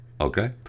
okay